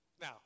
Now